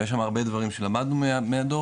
ויש שם הרבה דברים שלמדנו מהדו"ח,